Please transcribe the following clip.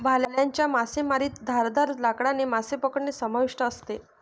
भाल्याच्या मासेमारीत धारदार लाकडाने मासे पकडणे समाविष्ट असते